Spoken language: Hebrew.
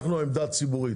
אנחנו העמדה הציבורית.